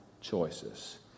choices